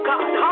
God